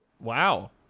Wow